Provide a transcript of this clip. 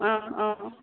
অঁ অঁ